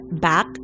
back